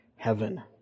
heaven